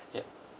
ya